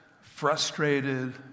frustrated